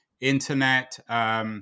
internet